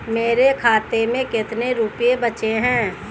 मेरे खाते में कितने रुपये बचे हैं?